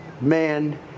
man